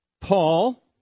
Paul